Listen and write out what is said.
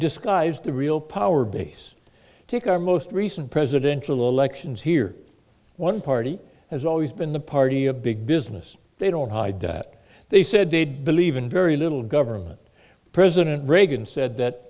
disguise the real power base take our most recent presidential elections here one party has always been the party of big business they don't hide that they said they believe in very little government president reagan said that